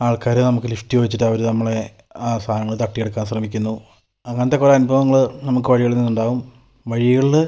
ആൾക്കാര് നമുക്ക് ലിഫ്റ്റ് ചോദിച്ചിട്ട് അവര് നമ്മളുടെ ആ സാധനങ്ങള് തട്ടിയെടുക്കാൻ ശ്രമിക്കുന്നു അങ്ങനത്തെ കുറെ അനുഭവങ്ങള് നമുക്ക് വഴികളിൽ നിന്നുണ്ടാവും വഴികളില്